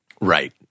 Right